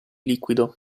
liquido